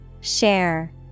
Share